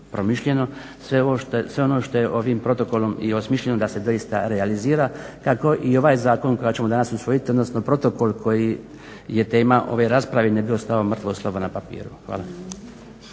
sve ono što je ovim protokolom i osmišljeno da se doista realizira. Kako i ovaj zakon koji ćemo danas usvojiti, odnosno protokol koji je tema ove rasprave, ne bi ostao mrtvo slovo na papiru. Hvala.